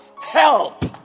help